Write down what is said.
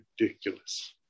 ridiculous